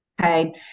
Okay